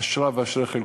אשריו ואשרי חלקו.